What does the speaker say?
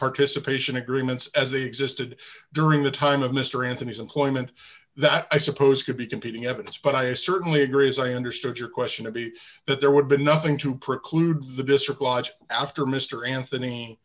participation agreements as they existed during the time of mr anthony's employment that i suppose could be competing evidence but i certainly agree as i understood your question to be that there would be nothing to preclude the district lodge after mr anthony